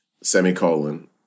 semicolon